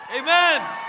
Amen